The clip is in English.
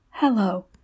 Hello